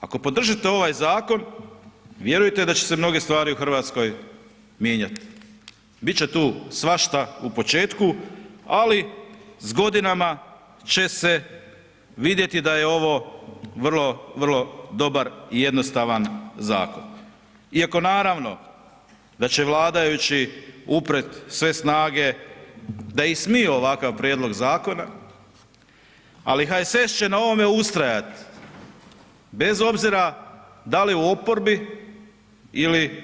Ako podržite ovaj zakon, vjerujte da će se mnoge stvari u RH mijenjati, bit će tu svašta u početku, ali s godinama će se vidjeti da je ovo vrlo, vrlo dobar i jednostavan zakon i ako naravno da će vladajući upret sve snage da ismiju ovakav prijedlog zakona, ali HSS će na ovom ustrajat bez obzira da li u oporbi ili